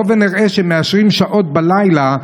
בואו ונראה שמאשרים שעות בלילה,